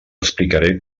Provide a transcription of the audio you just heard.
explicaré